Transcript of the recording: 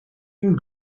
une